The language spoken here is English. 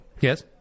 Yes